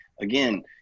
again